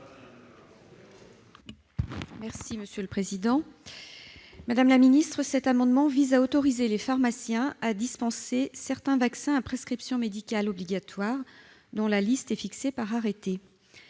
: La parole est à Mme Martine Berthet. Cet amendement vise à autoriser les pharmaciens à dispenser certains vaccins à prescription médicale obligatoire, dont la liste est fixée par arrêté.